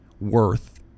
worth